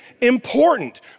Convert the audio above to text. important